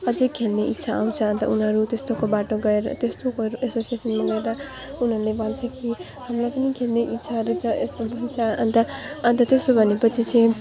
अझै खेल्ने इच्छा आउँछ अन्त उनीहरू त्यस्तोको बाटो गएर त्यस्तो गएर एसोसिएसनमा गएर उनीहरूले भन्छ कि हामीलाई पनि खेल्ने इच्छाहरू छ यस्तोहरू छ अन्त अन्त त्यसो भनेपछि चाहिँ